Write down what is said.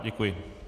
Děkuji.